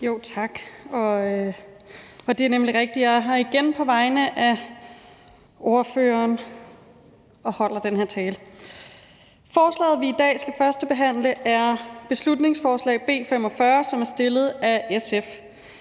(S): Tak. Det er nemlig rigtigt, at jeg igen er her på vegne af vores sædvanlige ordfører og holder den her tale. Forslaget, vi i dag skal førstebehandle, er beslutningsforslag B 45, som er fremsat af SF.